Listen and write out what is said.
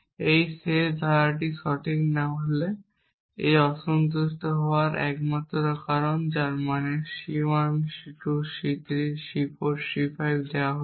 এই শেষ ধারাটি সঠিক না হলে এটি অসন্তুষ্ট হওয়ার একমাত্র কারণ যার মানে C 1 C 2 C 3 C 4 C 5 আমাদের দেওয়া হয়েছে